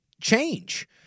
change